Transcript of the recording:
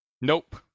Nope